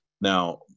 Now